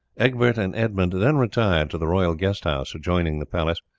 egbert and edmund then retired to the royal guest-house adjoining the palace,